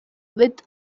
with